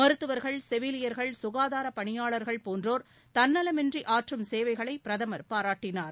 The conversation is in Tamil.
மருத்துவர்கள் செவிலியர்கள் சுகாதார பணியாளர்கள் போன்றோர் தன்னலமின்றி ஆற்றும் சேவைகளை பிரதமர் பாராட்டினார்